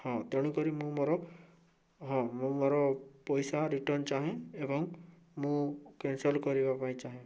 ହଁ ତେଣୁକରି ମୁଁ ମୋର ହଁ ମୁଁ ମୋର ପଇସା ରିଟର୍ନ ଚାହେଁ ଏବଂ ମୁଁ କ୍ୟାନ୍ସଲ୍ କରିବା ପାଇଁ ଚାହେଁ